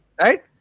right